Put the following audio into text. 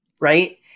right